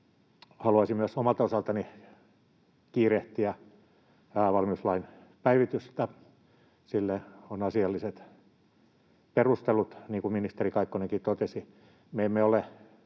haluaisin myös omalta osaltani kiirehtiä valmiuslain päivitystä. Sille on asialliset perustelut. Niin kuin ministeri Kaikkonenkin totesi, me emme ole